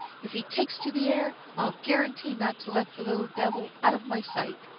if he takes to the air, i'll guarantee not to let the little devil out of my sight.